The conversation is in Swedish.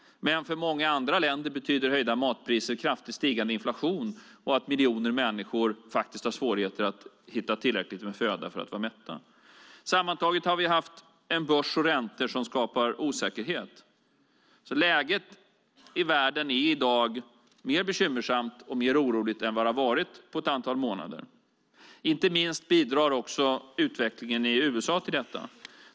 Men för många andra länder betyder höjda matpriser kraftigt stigande inflation och att miljoner människor har svårigheter att hitta tillräckligt med föda för att vara mätta. Sammantaget har vi haft en börs och räntor som skapar osäkerhet. Läget i världen är i dag mer bekymmersamt och mer oroligt än vad det har varit på ett antal månader. Inte minst bidrar utvecklingen i USA till detta.